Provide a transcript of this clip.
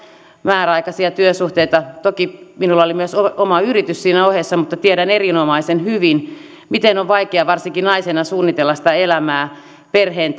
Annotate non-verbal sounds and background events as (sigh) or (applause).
määräaikaisia työsuhteita toki minulla oli myös oma yritys siinä ohessa mutta tiedän erinomaisen hyvin miten on vaikeaa varsinkin naisena suunnitella sitä elämää perheen (unintelligible)